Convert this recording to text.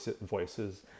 voices